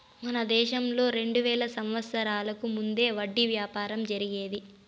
మన దేశంలో రెండు వేల సంవత్సరాలకు ముందే వడ్డీ వ్యాపారం జరిగేది